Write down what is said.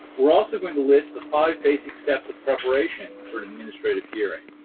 we're also going to list the five basic steps of preparation for an administrative hearing.